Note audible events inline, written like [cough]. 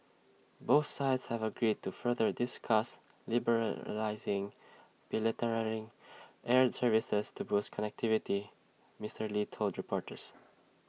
both sides have agreed to further discuss liberalising [unintelligible] air services to boost connectivity Mister lee told reporters